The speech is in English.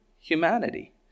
humanity